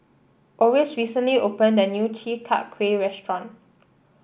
Oris recently opened a new Chi Kak Kuih restaurant